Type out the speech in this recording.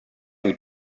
who